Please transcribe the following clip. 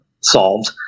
solved